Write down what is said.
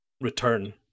return